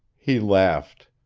he laughed.